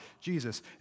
Jesus